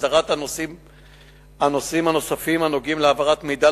הסדר הנושאים הנוספים הנוגעים להעברת מידע